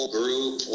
group